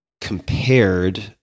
compared